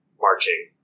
marching